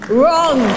wrong